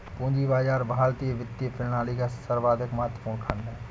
पूंजी बाजार भारतीय वित्तीय प्रणाली का सर्वाधिक महत्वपूर्ण खण्ड है